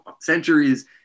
centuries